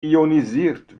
ionisiert